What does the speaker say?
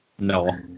No